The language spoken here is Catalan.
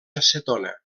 acetona